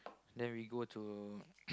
then we go to